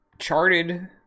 Charted